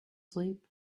sleep